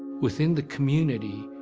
within the community,